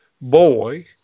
boy